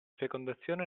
fecondazione